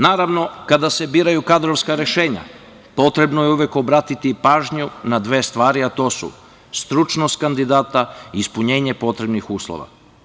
Naravno, kada se biraju kadrovska rešenja, potrebno je uvek obratiti pažnju na dve stvari, a to su stručnost kandidata i ispunjenje potrebnih uslova.